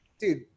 Dude